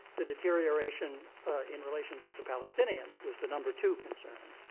the deterioration in relations with the palestinians was the number two concern.